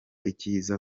icyiza